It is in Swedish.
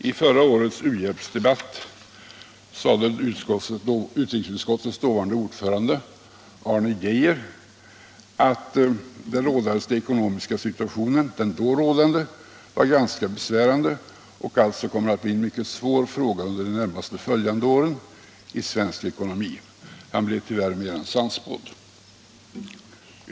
I förra årets u-hjälpsdebatt sade utrikesutskottets dåvarande ordförande Arne Geijer att den då rådande ekonomiska situationen var ganska besvärande och alltså kommer att bli en mycket svår fråga under de närmast följande åren i svensk ekonomi. Han blev tyvärr mer än sannspådd.